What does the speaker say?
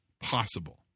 possible